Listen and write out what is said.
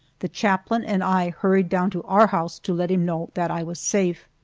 the chaplain and i hurried down to our house to let him know that i was safe.